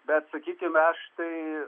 bet sakykime aš štai